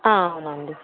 అవునండి